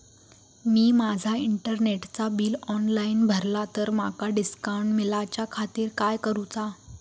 मी माजा इंटरनेटचा bill online भरला तर माका डिस्काउंट मिलाच्या खातीर काय करुचा?